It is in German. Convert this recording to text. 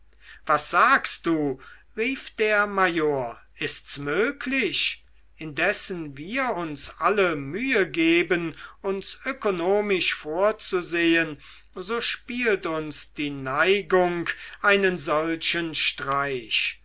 was sagst du rief der major ist's möglich indessen wir uns alle mühe geben uns ökonomisch vorzusehen so spielt uns die neigung einen solchen streich